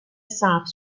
ثبت